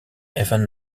even